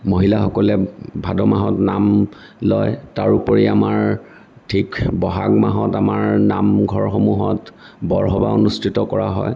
মহিলাসকলে ভাদ মাহত নাম লয় তাৰোপৰি আমাৰ ঠিক ব'হাগ মাহত আমাৰ নামঘৰসমূহত বৰসভা অনুষ্ঠিত কৰা হয়